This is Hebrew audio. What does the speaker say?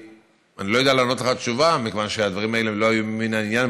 אני לא יודע לענות לך תשובה מכיוון שהדברים האלה לא היו ממין העניין,